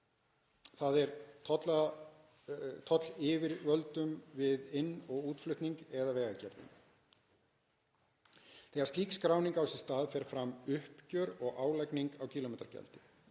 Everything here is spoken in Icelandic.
þ.e. tollyfirvöldum við inn- og útflutning eða Vegagerðinni. Þegar slík skráning á sér stað fer fram uppgjör og álagning á kílómetragjaldi.